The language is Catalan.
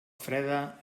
freda